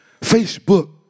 Facebook